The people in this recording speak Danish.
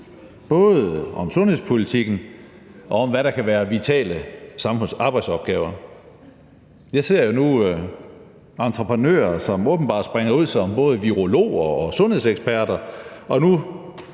både om sundhedspolitikken og om, hvad der kan være vitale samfundsarbejdsopgaver. Jeg ser jo nu entreprenører, som åbenbart springer ud som både virologer og sundhedseksperter,